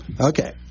Okay